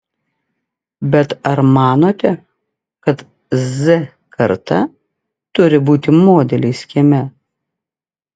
bet ar manote kad z karta turi būti modeliais kieme